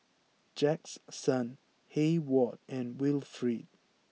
Jaxson Heyward and Wilfrid